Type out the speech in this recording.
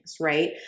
right